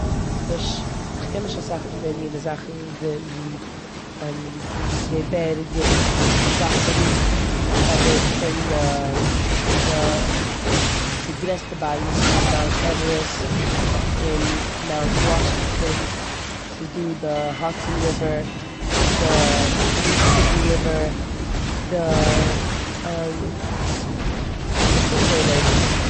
כ'קען נישט אזוי סאך פון די מינע זאכן וו- ווי די בערג און וואסערן אבער כ'קען די- די גרעסטע בארג וואס איז מאונט עווערעסט, און מאונט וואשינגטאן, ס'דא די האדסאן ריווער, די מיססיססיפי ריווער, די די קוויקוועי לעיק.